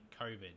COVID